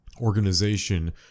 organization